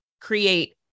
create